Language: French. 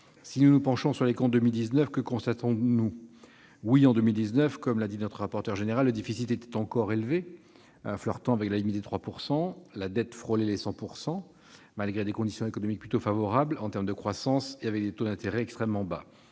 Si nous nous penchons sur les comptes de 2019, que constatons-nous ? Oui, comme l'a souligné notre rapporteur général, le déficit était encore élevé, tutoyant la limite des 3 %, et la dette frôlait les 100 %, malgré des conditions économiques plutôt favorables en termes de croissance et des taux d'intérêt extrêmement bas,